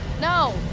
no